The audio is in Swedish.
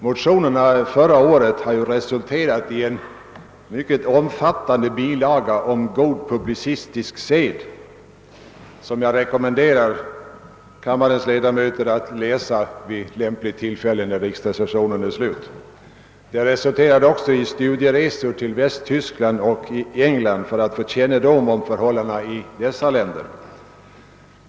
Motionerna förra året har ju resulterat i en mycket omfattande bilaga om god publicistisk sed, som jag rekommenderar kammarens ledamöter att läsa vid lämpligt tillfälle när riksdagssessionen är slut. De resulterade också i studieresor till Västtyskland och England för att vi skulle få kännedom om förhållandena i dessa länder.